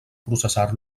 processar